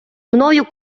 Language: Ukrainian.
мною